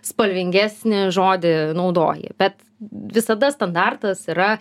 spalvingesnį žodį naudoji bet visada standartas yra